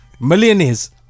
Millionaires